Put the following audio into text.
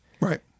Right